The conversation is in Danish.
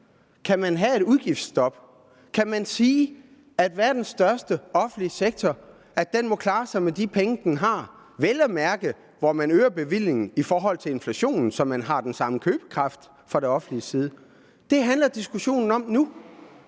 Kan man have et udgiftsstop? Kan man sige, at verdens største offentlige sektor må klare sig med de penge, den har – vel at mærke hvor man øger bevillingen i forhold til inflationen, så man har den samme købekraft fra det offentliges side? Det handler diskussionen om nu.